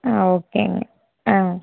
ஆ ஓகேங்க ஆ